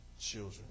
children